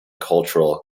cultural